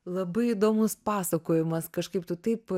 labai įdomus pasakojimas kažkaip taip